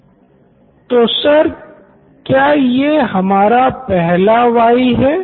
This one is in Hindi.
Siddharth Maturi CEO Knoin electronics तो सर क्या ये हमारा पहला वाइ है